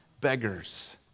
beggars